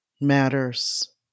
matters